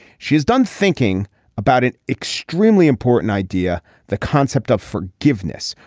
she is done thinking about an extremely important idea the concept of forgiveness.